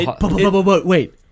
wait